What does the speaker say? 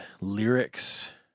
lyrics